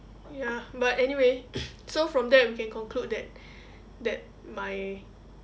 ya but anyway so from that we can conclude that that my